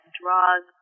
draws